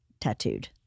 tattooed